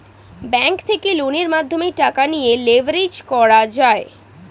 bank থেকে লোনের মাধ্যমে টাকা নিয়ে লেভারেজ করা যায়